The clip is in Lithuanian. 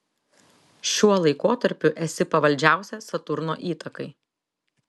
šiuo laikotarpiu esi pavaldžiausia saturno įtakai